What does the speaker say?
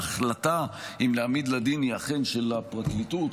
ההחלטה אם להעמיד לדין היא אכן של הפרקליטות,